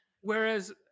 Whereas